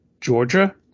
Georgia